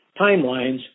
timelines